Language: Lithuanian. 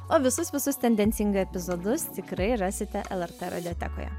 o visus visus tendencingai epizodus tikrai rasite lrt radiotekoje